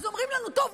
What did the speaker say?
אז אומרים לנו: טוב,